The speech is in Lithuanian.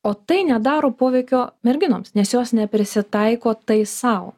o tai nedaro poveikio merginoms nes jos neprisitaiko tai sau